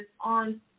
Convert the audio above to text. on